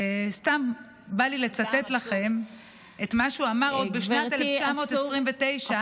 וסתם בא לי לצטט לכם את מה שהוא אמר עוד בשנת 1929. גברתי,